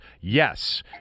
Yes